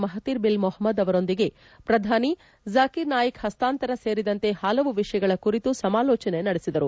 Mahathir bin Mohamad ಅವರೊಂದಿಗೆ ಪ್ರಧಾನಿ ಅವರು ಜಕೀರ್ ನಾಯಕ್ ಹಸ್ತಾಂತರ ಸೇರಿದಂತೆ ಹಲವು ವಿಷಯಗಳ ಕುರಿತು ಸಮಾಲೋಚನೆ ನಡೆಸಿದರು